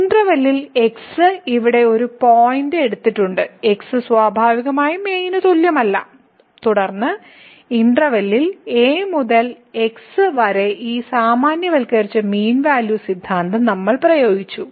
ഇന്റെർവെല്ലിൽ x ഇവിടെ ഒരു പോയിന്റ് എടുത്തിട്ടുണ്ട് x സ്വാഭാവികമായും a ന് തുല്യമല്ല തുടർന്ന് ഇന്റെർവെല്ലിൽ a മുതൽ x ശരി വരെ ഈ സാമാന്യവൽക്കരിച്ച മീൻ വാല്യൂ സിദ്ധാന്തം നമ്മൾ പ്രയോഗിച്ചു